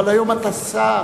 אבל היום אתה שר.